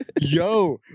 yo